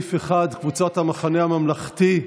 לסעיף 1, קבוצת המחנה הממלכתי,